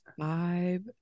Five